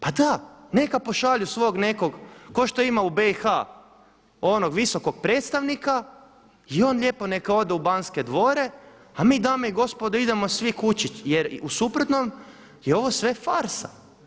Pa da, neka pošalju svog nekog, kao što ima u BIH onog visokog predstavnika i on lijepo neka ode u Banske dvore a mi dame i gospodo idemo svi kući jer u suprotnom je ovo sve farsa.